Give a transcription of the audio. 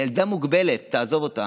היא ילדה מוגבלת, תעזוב אותה.